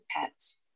pets